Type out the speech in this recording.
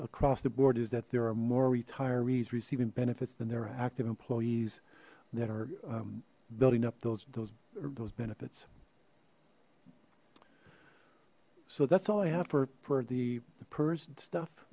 across the board is that there are more retirees receiving benefits than there are active employees that are building up those those those benefits so that's all i have for the pers and stuff